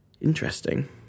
Interesting